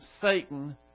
Satan